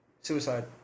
Suicide